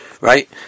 Right